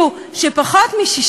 פחות מ-60